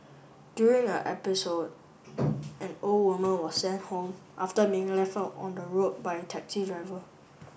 during a episode an old woman were sent home after being left out on the road by a taxi driver